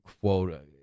quote